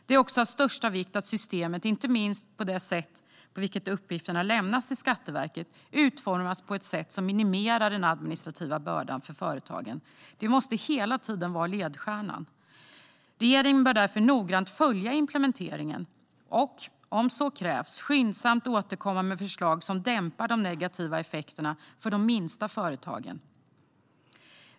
Det är också av största vikt att systemet, inte minst det sätt på vilket uppgifterna lämnas till Skatteverket, utformas på ett sådant sätt att det minimerar den administrativa bördan för företagen. Detta måste hela tiden vara ledstjärnan. Regeringen bör därför följa implementeringen noggrant och om så krävs skyndsamt återkomma med förslag för att dämpa negativa effekter för de minsta företagen.